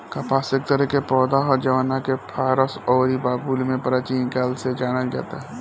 कपास एक तरह के पौधा ह जवना के फारस अउरी बाबुल में प्राचीन काल से जानल जाता